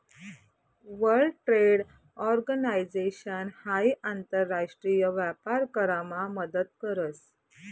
world trade organisation हाई आंतर राष्ट्रीय व्यापार करामा मदत करस